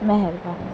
महिरबानी